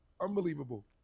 Unbelievable